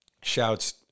shouts